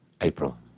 April